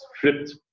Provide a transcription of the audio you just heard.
flipped